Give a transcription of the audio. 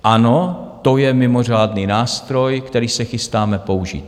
Ano, to je mimořádný nástroj, který se chystáme použít.